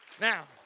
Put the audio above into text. Now